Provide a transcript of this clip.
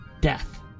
death